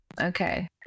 Okay